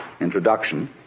introduction